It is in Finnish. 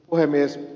puhemies